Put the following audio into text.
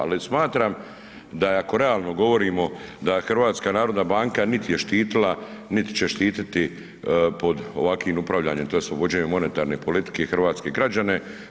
Ali smatram da ako realno govorimo da HNB niti je štitila, niti će štititi pod ovakvim upravljanjem, tj. uvođenjem monetarne ... hrvatske građane.